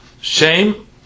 shame